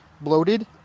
bloated